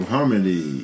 Harmony